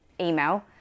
email